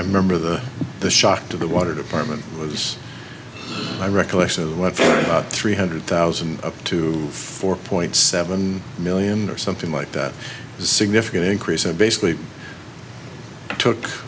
i remember that the shock to the water department was my recollection of what three hundred thousand to four point seven million or something like that a significant increase basically took